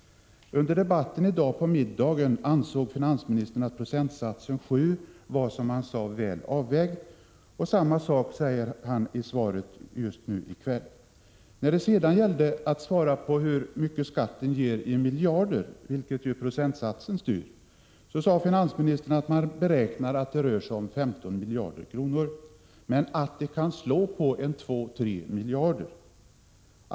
Under debatten tidigare i dag ansåg finansministern att procentsatsen 7 6 var, som han sade, väl avvägd. Samma sak säger han i svaret i kväll. När det sedan gäller att svara på hur mycket skatten skall ge i miljarder — vilket procentsatsen styr — sade finansministern att man beräknar att det rör sig om 15 miljarder men att det kan slå på 2—3 miljarder.